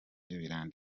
kera